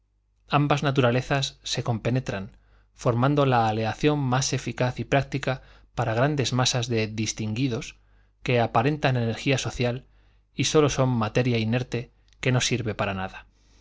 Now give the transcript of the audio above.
ambas naturalezas se compenetran formando la aleación más eficaz y práctica para grandes masas de distinguidos que aparentan energía social y sólo son materia inerte que no sirve para nada